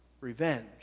revenge